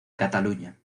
cataluña